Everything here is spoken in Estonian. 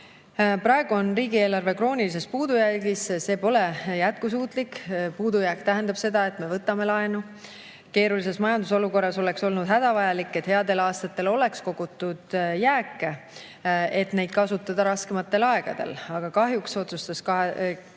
Praegu on riigieelarve kroonilises puudujäägis. See pole jätkusuutlik. Puudujääk tähendab seda, et me võtame laenu. Keerulises majandusolukorras oleks olnud hädavajalik, et headel aastatel oleks kogutud jääke, et neid kasutada raskematel aegadel, aga kahjuks otsustas